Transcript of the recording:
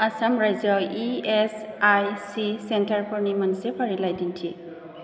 आसाम रायजोआव E S I C सेन्टारफोरनि मोनसे फारिलाइ दिन्थि